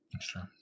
sure